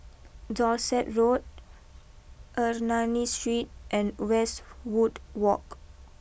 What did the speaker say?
Dorset Road Ernani Street and Westwood walk